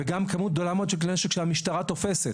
וכמות גדולה מאוד של כלי נשק שהמשטרה תופסת,